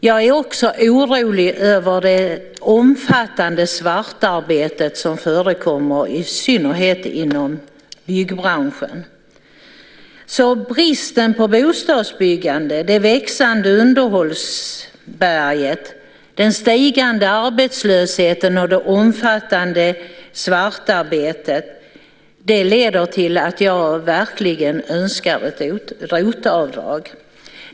Jag är också orolig över det omfattande svartarbete som förekommer, i synnerhet inom byggbranschen. Bristen på bostadsbyggande, det växande underhållsbehovet, den stigande arbetslösheten och det omfattande svartarbetet leder till att jag verkligen önskar ett ROT-avdrag.